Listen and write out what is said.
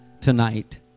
tonight